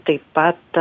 taip pat